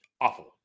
awful